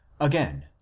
again